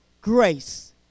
grace